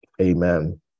Amen